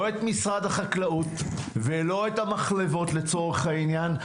לא את משרד החקלאות ולא את המחלבות לצורך העניין.